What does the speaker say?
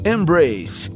Embrace